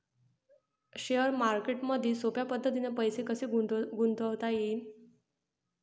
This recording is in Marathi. शेअर मार्केटमधी सोप्या पद्धतीने पैसे कसे गुंतवता येईन?